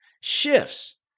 shifts